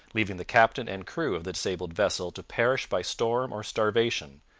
leaving the captain and crew of the disabled vessel to perish by storm or starvation,